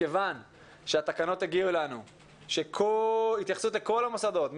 שמכיוון שהתקנות הגיעו אלינו עם התייחסות לכל המוסדות,